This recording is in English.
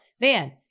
Man